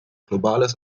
globales